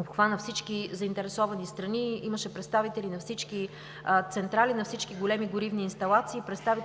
обхвана всички заинтересовани страни. Имаше представители на всички централи, на всички големи горивни инсталации,